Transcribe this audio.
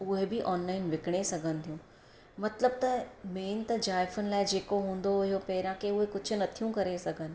उहे बि ऑनलाइन विकिणे सघनि थियूं मतलबु त मेन त ज़ाइफ़ुनि लाइ जेको हूंदो हुयो पहिरियां की उहे कुझु न थियूं करे सघनि